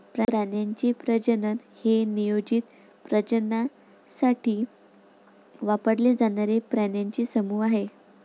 प्राण्यांचे प्रजनन हे नियोजित प्रजननासाठी वापरले जाणारे प्राण्यांचे समूह आहे